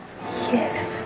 Yes